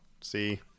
See